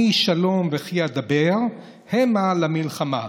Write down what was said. "אני שלום וכי אדבר המה למלחמה".